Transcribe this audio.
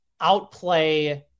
outplay